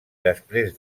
després